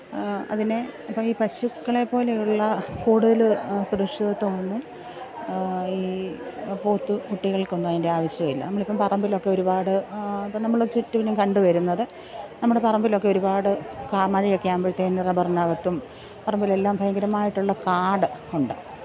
അതിനെ ഇപ്പം ഈ പശുക്കളെപ്പോലെയുള്ള കൂടുതൽ സുരക്ഷിതത്വം ഒന്നും ഈ പോത്ത് കുട്ടികള്ക്കൊന്നും അതിന്റെ ആവശ്യമില്ല നമ്മളിപ്പം പറമ്പിലൊക്കെ ഒരുപാട് ഇപ്പം നമ്മൾ ചുറ്റിനും കണ്ട് വരുന്നത് നമ്മുടെ പറമ്പിലൊക്കെ ഒരുപാട് മഴയൊക്കെ ആവുമ്പോഴത്തേനും റബറിനകത്തും പറമ്പിലും എല്ലാം ഭയങ്കരമായിട്ടുള്ള കാട് ഉണ്ട്